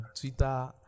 Twitter